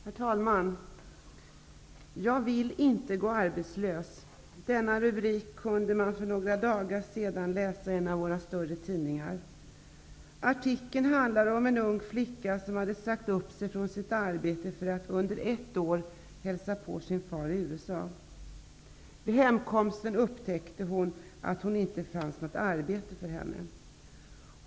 Herr talman! Jag vill inte gå arbetslös. Denna rubrik kunde man för några dagar sedan läsa i en av våra större tidningar. Artikeln handlade om en ung flicka som hade sagt upp sig från sitt arbete för att under ett år hälsa på sin far i USA. Vid hemkomsten upptäckte hon att det inte fanns något arbete för henne.